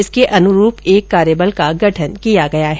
इसके अनुरूप एक कार्यबल का गठन किया गया है